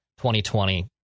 2020